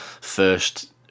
first